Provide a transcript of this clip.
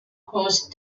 crossed